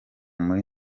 muri